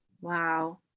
Wow